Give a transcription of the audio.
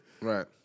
Right